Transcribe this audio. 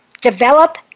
develop